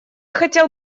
хотел